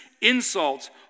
insults